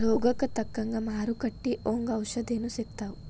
ರೋಗಕ್ಕ ತಕ್ಕಂಗ ಮಾರುಕಟ್ಟಿ ಒಂಗ ಔಷದೇನು ಸಿಗ್ತಾವ